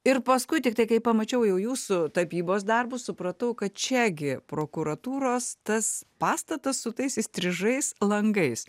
ir paskui tiktai kai pamačiau jau jūsų tapybos darbus supratau kad čia gi prokuratūros tas pastatas su tais įstrižais langais